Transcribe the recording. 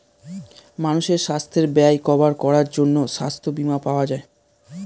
মানুষের সাস্থের ব্যয় কভার করার জন্যে সাস্থ বীমা পাওয়া যায়